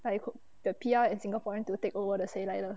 like the P_R and singaporean to take over the say 来的